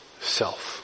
self